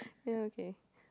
ya okay